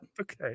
okay